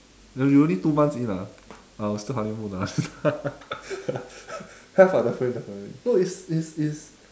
no we only two months in ah I will still honeymoon ah have ah definitely definitely no it's it's it's